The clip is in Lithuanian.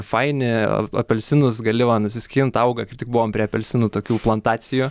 faini apelsinus gali va nusiskint auga kaip tik buvom prie apelsinų tokių plantacijų